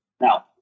Now